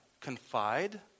confide